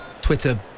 twitter